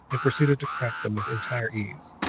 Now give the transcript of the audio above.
and proceeded to crack them, with entire ease,